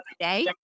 today